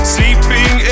Sleeping